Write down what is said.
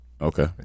Okay